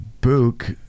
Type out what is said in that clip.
Book